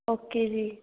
okay ਜੀ